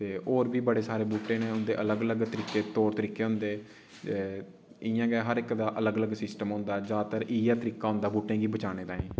ते होर बी बड़े सारे बूह्टे न उं'दे अलग अलग तरीके तौर तरीके होंदे ते इ'यां गै हर इक दा अलग अलग सिस्टम होंदा जादातर इ'यै तरीका होंदा बूह्टें गी बचाने ताईं